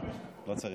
שלושה.